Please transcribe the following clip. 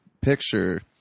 picture